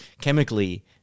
chemically